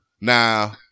Now